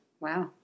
Wow